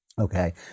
Okay